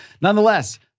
Nonetheless